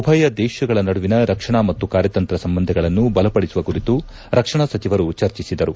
ಉಭಯ ದೇಶಗಳ ನಡುವಿನ ರಕ್ಷಣಾ ಮತ್ತು ಕಾರ್ಯತಂತ್ರ ಸಂಬಂಧಗಳನ್ನು ಬಲಪಡಿಸುವ ಕುರಿತು ರಕ್ಷಣಾ ಸಚಿವರು ಚರ್ಚಿಸಿದರು